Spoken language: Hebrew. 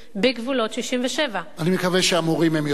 בגבולות 67'. אני מקווה שהמורים הם יותר טובים.